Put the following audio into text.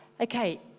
Okay